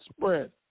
spread